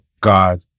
God